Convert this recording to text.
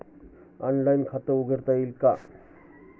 Online खाते उघडता येईल का?